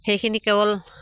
সেইখিনি কেৱল